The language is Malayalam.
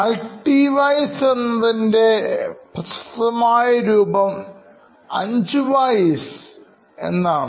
മൾട്ടി വൈസ് എന്നതിൻറെ പ്രശസ്തമായ രൂപം അഞ്ചു വൈസ് എന്നാണ്